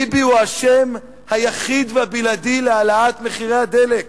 ביבי הוא האשם היחיד והבלעדי בהעלאת מחירי הדלק.